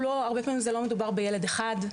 הרבה פעמים לא מדובר בילד אחד.